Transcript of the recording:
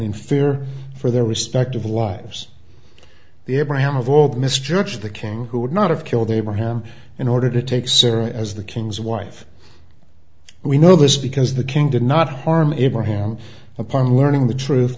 in fear for their respective lives the abraham of all the misjudged the king who would not have killed abraham in order to take sarah as the king's wife we know this because the king did not harm abraham a part of learning the truth